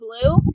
blue